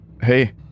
hey